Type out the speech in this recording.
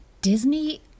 Disney